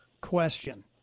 question